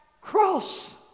cross